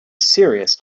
serious